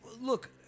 Look